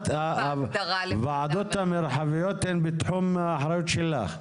הועדות המרחביות הן בתחום אחריותך?